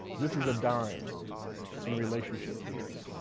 this is a dime in relationship to this.